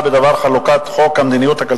מאחר שנבצר ממנו להיות במליאה בעת העלאת הצעת החוק